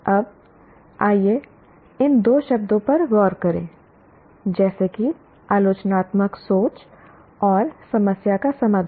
अब आइए इन दो शब्दों पर गौर करें जैसे कि आलोचनात्मक सोच और समस्या का समाधान